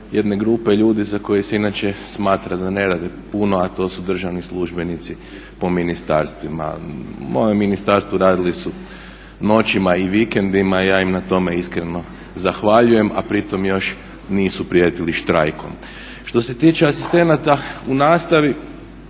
jedne grupe ljudi za koje se inače smatra da ne rade puno, a to su državni službenici po ministarstvima. U mojem ministarstvu radili su noćima i vikendima i ja im na tome iskreno zahvaljujem, a pritom još nisu prijetili štrajkom. Što se tiče asistenata u nastavi